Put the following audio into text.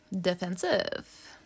Defensive